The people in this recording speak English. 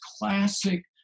classic